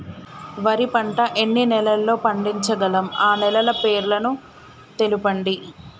వరి పంట ఎన్ని నెలల్లో పండించగలం ఆ నెలల పేర్లను తెలుపండి?